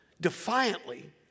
defiantly